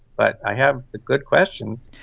but i have the good questions.